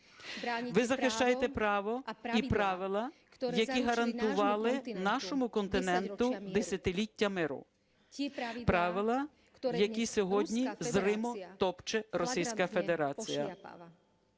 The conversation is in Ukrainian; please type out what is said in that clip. Ви захищаєте право і правила, які гарантували нашому континенту десятиліття миру, правила, які сьогодні зримо топче Російська Федерація.